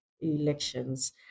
elections